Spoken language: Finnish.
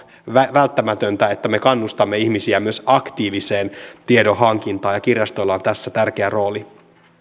välttämätöntä että me kannustamme ihmisiä myös aktiiviseen tiedonhankintaan ja kirjastoilla on tässä tärkeä rooli